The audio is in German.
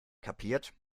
kapiert